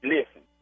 Listen